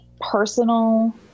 personal